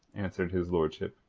answered his lordship.